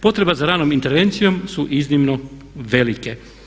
Potrebe za ranom intervencijom su iznimno velike.